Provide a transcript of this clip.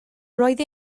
roedd